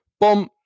Boom